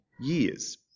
years